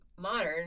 Modern